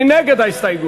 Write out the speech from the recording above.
מי נגד ההסתייגות?